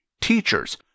Teachers